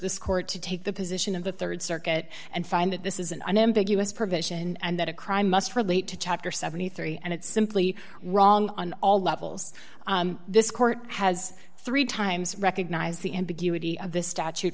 this court to take the position of the rd circuit and find that this is an unambiguous provision and that a crime must relate to chapter seventy three dollars and it's simply wrong on all levels this court has three times recognize the ambiguity of the statute